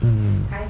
mm